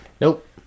Nope